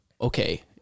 okay